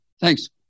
Thanks